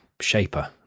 shaper